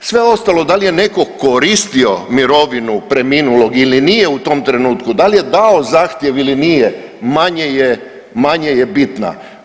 Sve ostalo da li je netko koristio mirovinu preminulog ili nije u tom trenutku, da li je dao zahtjev ili nije manje je bitna.